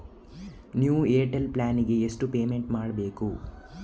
New Airtel plan ಗೆ ಎಷ್ಟು payment ಮಾಡ್ಬೇಕು?